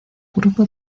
grupo